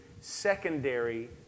secondary